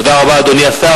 תודה רבה, אדוני השר.